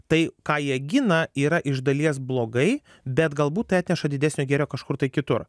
tai ką jie gina yra iš dalies blogai bet galbūt tai atneša didesnio gėrio kažkur kitur